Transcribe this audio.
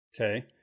Okay